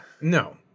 No